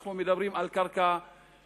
אנחנו מדברים על קרקע עירונית,